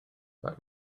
faint